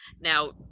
Now